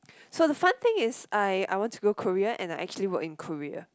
so the fun thing is I I want to go Korea and I actually work in Korea